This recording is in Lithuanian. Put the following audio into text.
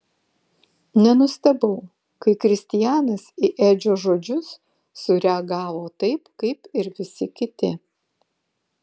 nenustebau kai kristianas į edžio žodžius sureagavo taip kaip ir visi kiti